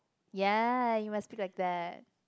yeah you must speak like that